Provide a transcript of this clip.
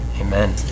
Amen